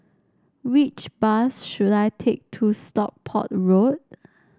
which bus should I take to Stockport Road